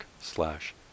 slash